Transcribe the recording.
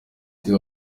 ati